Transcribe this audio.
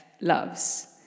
loves